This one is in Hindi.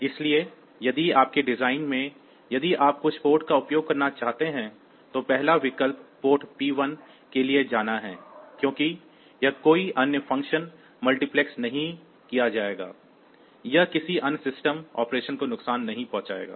इसलिए यदि आपके डिज़ाइन में यदि आप कुछ पोर्ट का उपयोग करना चाहते हैं तो पहला विकल्प पोर्ट P1 के लिए जाना है क्योंकि यह यहां कोई अन्य फ़ंक्शन मल्टीप्लेक्स नहीं किया जाएगा यह किसी अन्य सिस्टम ऑपरेशन को नुकसान नहीं पहुंचाएगा